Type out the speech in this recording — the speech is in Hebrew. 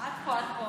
את פה, את פה.